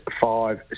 five